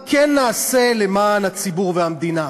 מה כן נעשה למען הציבור והמדינה.